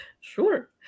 Sure